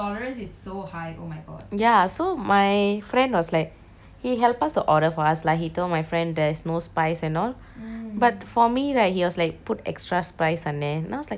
ya so my friend was like he help us to order for us lah he told my friend there is no spice and all but for me right he was like put extra spice அன்னே:anneh then I was like என்னாத்துக்கு:ennathukku